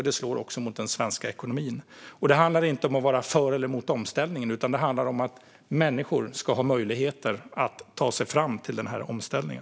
Det slår också mot den svenska ekonomin. Det handlar inte om att vara för eller emot omställningen, utan det handlar om att människor ska ha möjligheter att ta sig fram till den här omställningen.